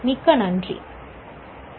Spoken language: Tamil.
மிக்க நன்றி